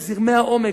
על זרמי העומק,